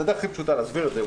זו הדרך הכי פשוטה להסביר את זה.